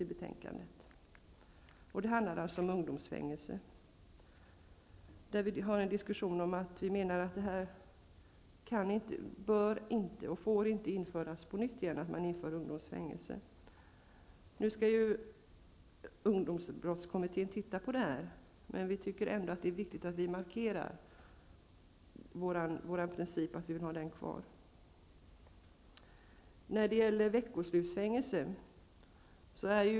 Reservation 1 behandlar frågan om ungdomsfängelser. Vi menar att ungdomsfängelser inte bör införas på nytt. Ungdomsbrottskommittén skall ju se över frågan, men vi tycker ändå att det är viktigt att vi markerar vår principiella inställning.